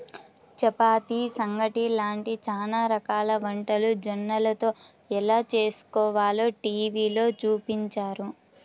చపాతీ, సంగటి లాంటి చానా రకాల వంటలు జొన్నలతో ఎలా చేస్కోవాలో టీవీలో చూపించారు